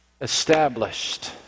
established